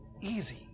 Easy